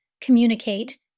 communicate